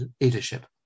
leadership